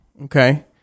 okay